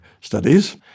studies